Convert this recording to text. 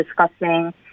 discussing